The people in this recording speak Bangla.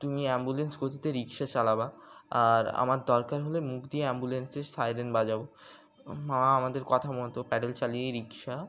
তুমি অ্যাম্বুলেন্স গতিতে রিকশা চালাবে আর আমরা দরকার হলে মুখ দিয়ে অ্যাম্বুলেন্সের সাইরেন বাজাব মা আমাদের কথা মতো প্যাডেল চালিয়েই রিকশা